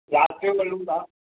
राति जो कयूं था